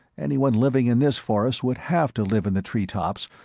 anyone living in this forest would have to live in the treetops,